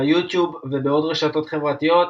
ביוטיוב ובעוד רשתות חברתיות,